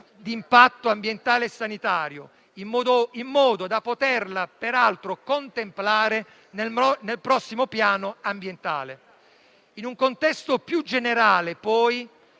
di impatto ambientale e sanitario in modo da poterla contemplare nel prossimo piano ambientale. In un contesto più generale è